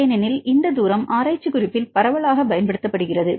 ஏனெனில் இந்த தூரம் ஆராய்ச்சிக்குறிப்பில் பரவலாகப் பயன்படுத்தப்படுகிறது